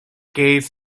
gaze